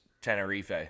Tenerife